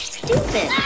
stupid